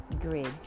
grid